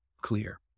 clear